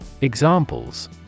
Examples